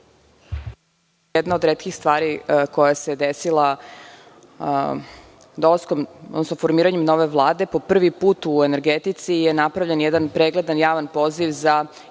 Jedna od retkih stvari koja se desila dolaskom, odnosno formiranjem nove Vlade, po prvi put u energetici je napravljen jedan pregledan javni poziv za